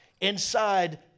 inside